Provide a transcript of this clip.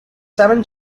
seven